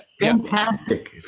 Fantastic